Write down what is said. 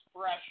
fresh